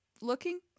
looking